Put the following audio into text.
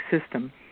system